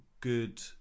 good